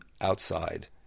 outside